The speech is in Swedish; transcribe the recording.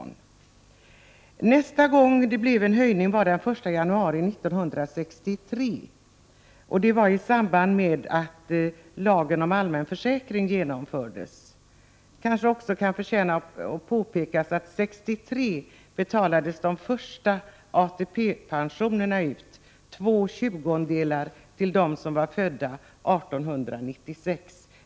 Nästa gång det blev en höjning var den 1 januari 1963, och det var i samband med att lagen om allmän försäkring genomfördes. Det kanske kan förtjäna att påpekas att de första ATP-pensionerna betalades ut 1963, med 2/20 till dem som var födda 1896.